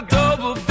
double